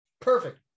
perfect